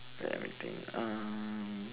ya meeting um